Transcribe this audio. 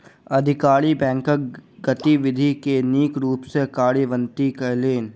अधिकारी बैंकक गतिविधि के नीक रूप सॅ कार्यान्वित कयलैन